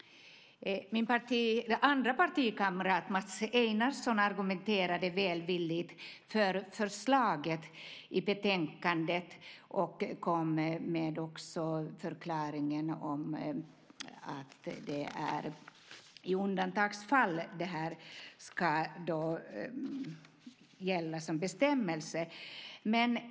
Min andre partikamrat Mats Einarsson argumenterade vältaligt för förslaget i betänkandet och kom också med förklaringen att det är i undantagsfall detta ska gälla som bestämmelse.